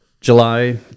july